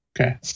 okay